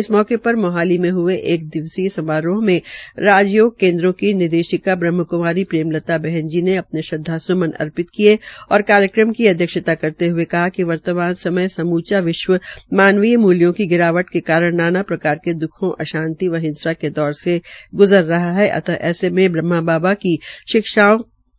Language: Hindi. इस अवसर मोहाली मे हये एक दिव्य समारोह मे राजयोग केन्द्रों की निदेशका ब्रह्मक्मारी प्रेमलता बहनजी ने आने श्रदवास्मन अर्पित किये तथा कार्यक्रम की अध्यक्षता करते हये कहा कि वर्तमान समय में सम्चा विश्व मानवीय मुल्यों की गिरावट के कारण नाना प्रकार के द्खों अशांति व हिंसा के दौरे से ग्जर रहा है अत ऐसे में ब्रहमा बाबा की शिक्षाओं